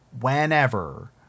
whenever